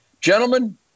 gentlemen